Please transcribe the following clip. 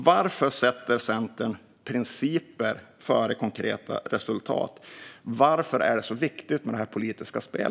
Varför sätter Centern principer före konkreta resultat? Varför är det så viktigt med detta politiska spel?